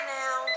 now